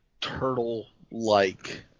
turtle-like